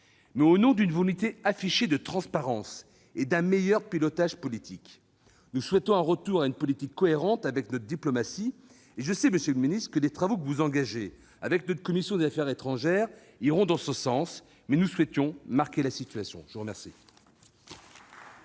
mais au nom d'une volonté affichée de transparence et d'un meilleur pilotage politique. Nous souhaitons un retour à une politique cohérente avec notre diplomatie. Je sais que les travaux que vous engagez avec notre commission des affaires étrangères iront dans ce sens, mais nous voulons signaler la situation. La parole